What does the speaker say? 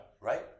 Right